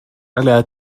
ألا